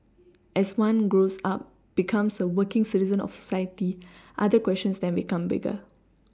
as one grows up becomes a working citizen of society other questions then become bigger